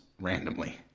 randomly